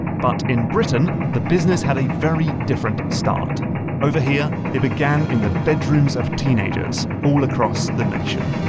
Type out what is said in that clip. but in britain, the business had a very different start over here, it began in the bedrooms of teenagers, all across the nation.